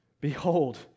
Behold